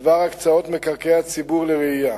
בדבר הקצאות מקרקעי הציבור לרעייה.